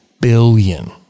billion